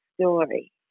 story